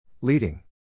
Leading